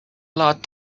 lot